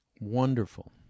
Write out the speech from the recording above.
wonderful